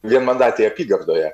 vienmandatėje apygardoje